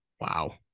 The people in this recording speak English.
Wow